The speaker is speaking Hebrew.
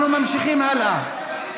אנחנו ממשיכים הלאה.